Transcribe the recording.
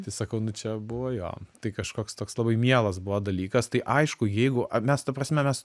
tai sakau nu čia buvo jo tai kažkoks toks labai mielas buvo dalykas tai aišku jeigu mes ta prasme mes